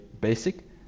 basic